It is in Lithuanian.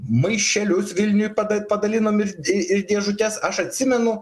maišelius vilniuj pada padalinom ir į ir dėžutes aš atsimenu